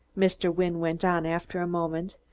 mr. wynne went on after a moment,